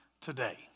today